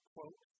Quote